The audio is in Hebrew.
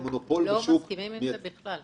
אנחנו לא מסכימים עם זה בכלל.